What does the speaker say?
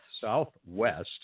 Southwest